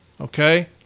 Okay